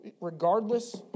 regardless